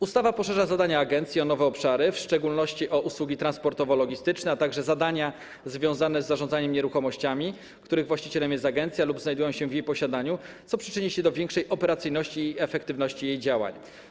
Ustawa poszerza zadania agencji o nowe obszary, w szczególności o usługi transportowo-logistyczne, a także zadania związane z zarządzaniem nieruchomościami, w których właścicielem jest agencja lub które znajdują się w jej posiadaniu, co przyczyni się do większej operacyjności i efektywności jej działań.